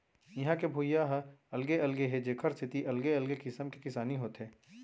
इहां के भुइंया ह अलगे अलगे हे जेखर सेती अलगे अलगे किसम के किसानी होथे